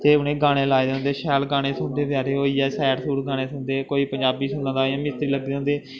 ते उनें गाने लाए दे होंदे शैल गाने सुनदे बचैरे होई गे सैड सूड गाने सुनदे कोई पंजाबी सुना दा इ'यां मिस्तरी लग्गे दे होंदे